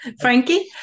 Frankie